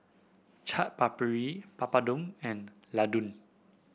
Chaat Papri Papadum and Ladoo